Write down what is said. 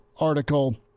article